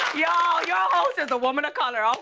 y'all y'all host is a woman of color. um